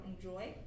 enjoy